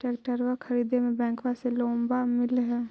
ट्रैक्टरबा खरीदे मे बैंकबा से लोंबा मिल है?